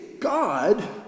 God